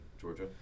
Georgia